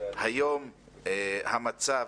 היום המצב